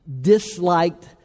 disliked